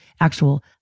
actual